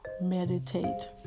meditate